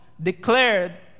declared